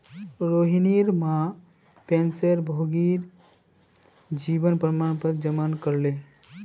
रोहिणीर मां पेंशनभोगीर जीवन प्रमाण पत्र जमा करले